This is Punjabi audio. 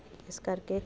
ਇਸ ਕਰਕੇ